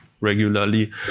regularly